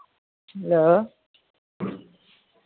hello